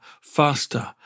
faster